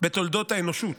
בתולדות האנושות.